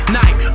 night